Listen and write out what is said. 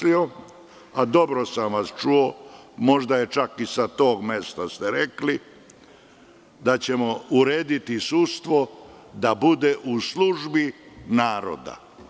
Dobro sam vas čuo, možda čak i sa tog mesta ste rekli da ćemo urediti sudstvo da bude u službi naroda.